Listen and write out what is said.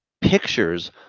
pictures